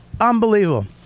unbelievable